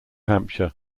hampshire